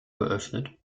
geöffnet